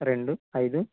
రెండు ఐదు